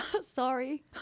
Sorry